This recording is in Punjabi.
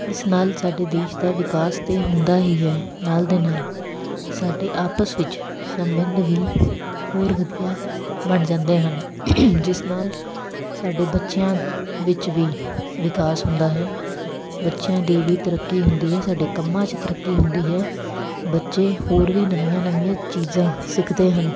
ਇਸ ਨਾਲ ਸਾਡੇ ਦੇਸ਼ ਦਾ ਵਿਕਾਸ ਤਾਂ ਹੁੰਦਾ ਹੀ ਹੈ ਨਾਲ ਦੇ ਨਾਲ ਸਾਡੇ ਆਪਸ ਵਿੱਚ ਸੰਬੰਧ ਵੀ ਹੋਰ ਵਧੀਆ ਬਣ ਜਾਂਦੇ ਹਨ ਜਿਸ ਨਾਲ ਸਾਡੇ ਬੱਚਿਆਂ ਵਿੱਚ ਵੀ ਵਿਕਾਸ ਹੁੰਦਾ ਹੈ ਬੱਚਿਆਂ ਦੀ ਵੀ ਤਰੱਕੀ ਹੁੰਦੀ ਹੈ ਸਾਡੇ ਕੰਮਾਂ 'ਚ ਤਰੱਕੀ ਹੁੰਦੀ ਹੈ ਬੱਚੇ ਹੋਰ ਵੀ ਨਵੀਆਂ ਨਵੀਆਂ ਚੀਜ਼ਾਂ ਸਿੱਖਦੇ ਹਨ